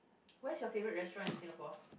where is your favorite restaurant in Singapore